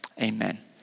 amen